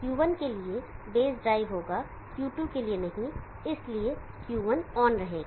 Q1 के लिए base drive होगा Q2 के लिए नहीं और इसलिए Q1 ऑन रहेगा